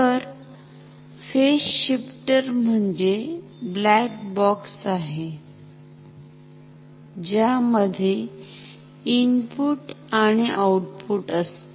तर phase shifter म्हणजे black box आहे ज्यामध्ये इनपुट आणि आउटपुट असते